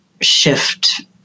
shift